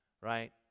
right